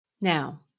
Now